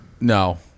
No